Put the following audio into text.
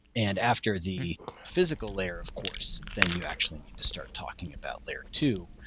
and after the physical layer of course, then you actually need to start talking about layer two,